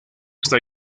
esta